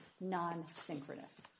non-synchronous